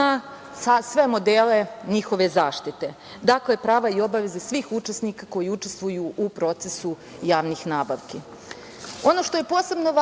sve modele njihove zaštite. Dakle, prava i obaveze svih učesnika koji učestvuju u procesu javnih nabavki. Ono što je posebno važno